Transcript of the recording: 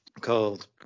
called